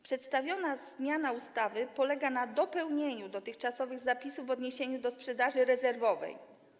Przedstawiona zmiana ustawy polega na dopełnieniu dotychczasowych zapisów w odniesieniu do sprzedaży rezerwowej.